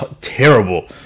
terrible